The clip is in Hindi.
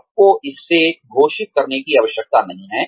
आपको इसे घोषित करने की आवश्यकता नहीं है